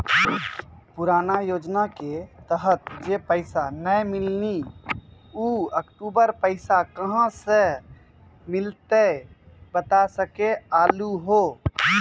पुराना योजना के तहत जे पैसा नै मिलनी ऊ अक्टूबर पैसा कहां से मिलते बता सके आलू हो?